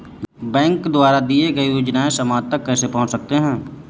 Bank द्वारा दिए गए योजनाएँ समाज तक कैसे पहुँच सकते हैं?